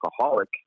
alcoholic